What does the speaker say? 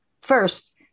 First